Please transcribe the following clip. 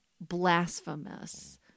blasphemous